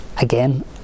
Again